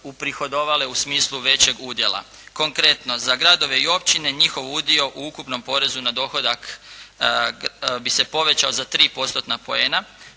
uprihodovale u smislu većeg udjela. Konkretno za gradove i općine njihov udio u ukupnom porezu na dohodak bi se povećao za 3%-tna poena,